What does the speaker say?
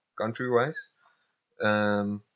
country-wise